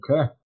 Okay